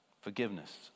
forgiveness